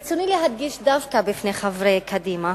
ברצוני להדגיש דווקא בפני חברי קדימה